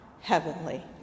heavenly